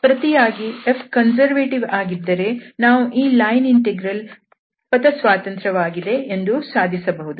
ಪ್ರತಿಯಾಗಿ Fಕನ್ಸರ್ವೇಟಿವ್ ಆಗಿದ್ದರೆ ನಾವು ಈ ಲೈನ್ ಇಂಟೆಗ್ರಲ್ ಪಥ ಸ್ವತಂತ್ರವಾಗಿದೆ ಎಂದು ಸಾಧಿಸಬಹುದು